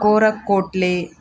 ಕೋರ ಕೋಟ್ಲೆ